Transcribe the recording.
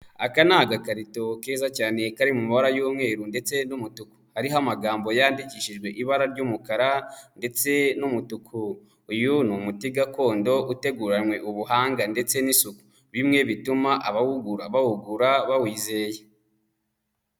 Aka ni agakarito keza cyane kari mu mabara y'umweru ndetse n'umutuku, hariho amagambo yandikishijwe ibara ry'umukara ndetse n'umutuku, uyu ni umuti gakondo uteguranywe ubuhanga ndetse n'isuku bimwe bituma abawu bawura bawizeye.